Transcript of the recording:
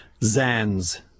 Zans